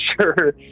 sure